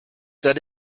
that